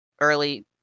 early